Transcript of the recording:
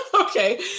Okay